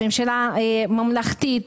ממשלה ממלכתית,